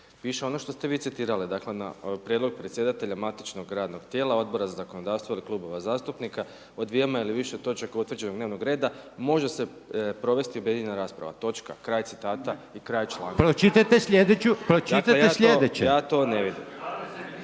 piše ono što ste vi citirali, dakle, na prijedlog predsjedatelja matičnog radnog tijela, Odbora za zakonodavstvo ili klubova zastupnika od dvijema ili više točaka utvrđenog dnevnog reda može se provesti objedinjena rasprava, točka, kraj citata i kraj članka. **Reiner, Željko (HDZ)** Pročitajte slijedeću, pročitajte